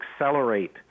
accelerate